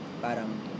Parang